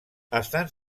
estan